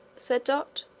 said dot.